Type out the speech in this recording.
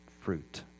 fruit